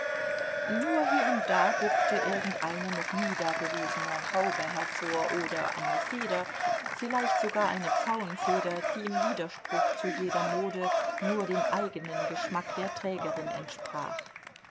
nur hier und da guckte irgendeine noch nie dagewesene haube hervor oder eine feder vielleicht sogar eine pfauenfeder die im widerspruch zu jeder mode nur dem eigenen geschmack der trägerin entsprach